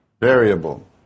variable